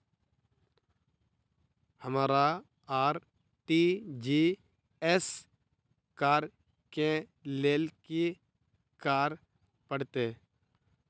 हमरा आर.टी.जी.एस करऽ केँ लेल की करऽ पड़तै?